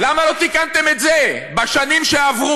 למה לא תיקנתם את זה בשנים שעברו?